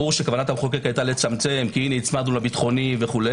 ברור שכוונת המחוקק היתה לצמצם כי הצמדנו לביטחוני וכו',